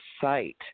site